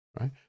right